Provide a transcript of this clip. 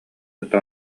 кытта